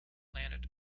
planet